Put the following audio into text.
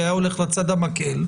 הוא היה הולך לצד המקל.